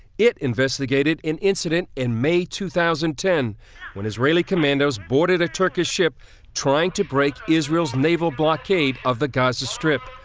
it investigated an incident in may two thousand and ten when israeli commandos boarded a turkish ship trying to break israel's naval blockade of the gaza strip.